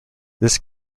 this